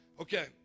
Okay